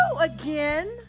again